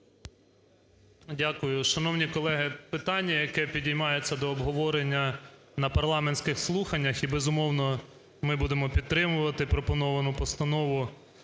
Дякую. Шановні колеги, питання, яке підіймається до обговорення на парламентських слуханнях і, безумовно, ми будемо підтримувати пропоновану постанову,